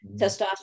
testosterone